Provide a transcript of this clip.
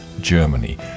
Germany